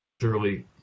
surely